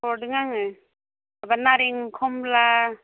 हरदों आङो माबा नारें खमला